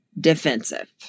defensive